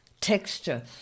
Texture